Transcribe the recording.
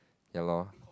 ya loh